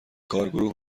کارگروه